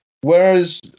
Whereas